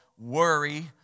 worry